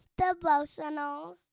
devotionals